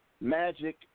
Magic